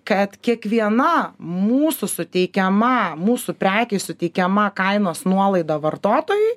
kad kiekviena mūsų suteikiama mūsų prekei suteikiama kainos nuolaida vartotojui